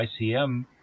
icm